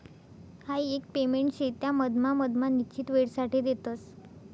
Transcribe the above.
हाई एक पेमेंट शे त्या मधमा मधमा निश्चित वेळसाठे देतस